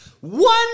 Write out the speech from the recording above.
one